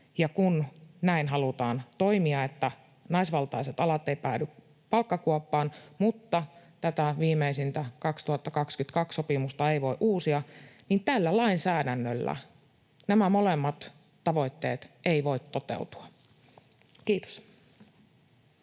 kun näin halutaan toimia, että naisvaltaiset alat eivät päädy palkkakuoppaan mutta tätä viimeisintä vuoden 2022 sopimusta ei voi uusia, niin tällä lainsäädännöllä nämä molemmat tavoitteet eivät voi toteutua. — Kiitos.